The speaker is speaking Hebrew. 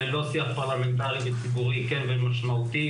ללא שיח פרלמנטרי וציבורי כן ומשמעותי,